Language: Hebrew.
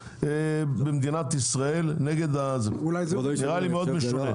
במדינת ישראל נגד נראה לי מאוד משונה.